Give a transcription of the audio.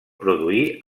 produir